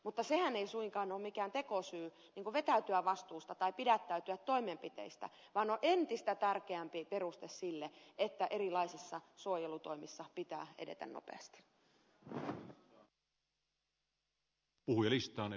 mutta sehän ei suinkaan ole mikään tekosyy vetäytyä vastuusta tai pidättäytyä toimenpiteistä vaan on entistä tärkeämpi peruste sille että erilaisissa suojelutoimissa pitää edetä nopeasti